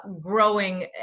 growing